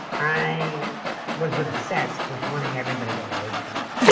i was obsessed with wanting everybody to like me.